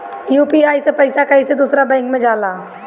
UPI से पैसा कैसे दूसरा बैंक मे जाला?